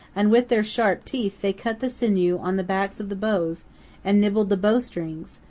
and with their sharp teeth they cut the sinew on the backs of the bows and nibbled the bow strings,